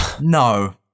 No